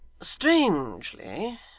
Strangely